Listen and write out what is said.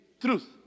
truth